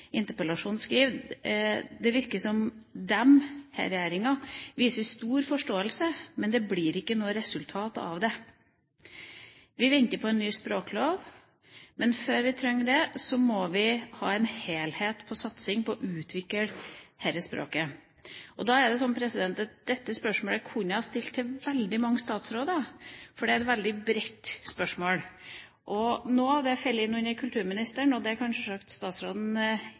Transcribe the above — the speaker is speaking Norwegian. Det virker som om denne regjeringa viser stor forståelse, men det blir ikke noe resultat av det. Vi venter på en ny språklov, men før vi trenger det, må vi ha en helhetlig satsing på å utvikle dette språket. Dette spørsmålet kunne jeg ha stilt til veldig mange statsråder, for det er et veldig bredt spørsmål. Noe av det faller inn under kulturministeren – det kan sjølsagt statsråden